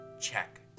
check